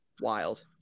wild